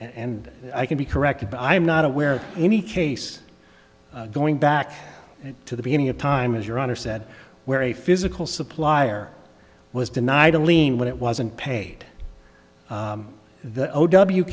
and i can be corrected but i am not aware of any case going back to the beginning of time as your honor said where a physical supplier was denied a lien when it wasn't paid the o w